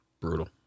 brutal